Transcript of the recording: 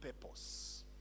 purpose